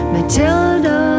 Matilda